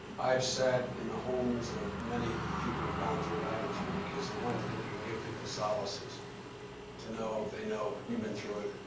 i have sat in the homes of many people who've gone through what i get through because the one thing you can give people solace is to know they know you've been through it,